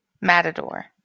Matador